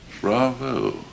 bravo